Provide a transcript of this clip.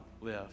live